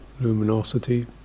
luminosity